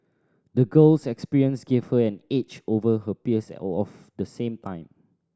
the girl's experience gave her an edge over her peers of the same time